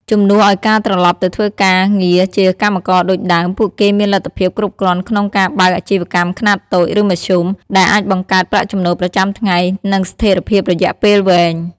ជំនួសឱ្យការត្រឡប់ទៅធ្វើការងារជាកម្មករដូចដើម ពួកគេមានលទ្ធភាពគ្រប់គ្រាន់ក្នុងការបើកអាជីវកម្មខ្នាតតូច ឬមធ្យម ដែលអាចបង្កើតប្រាក់ចំណូលប្រចាំថ្ងៃ និងស្ថេរភាពរយៈពេលវែង។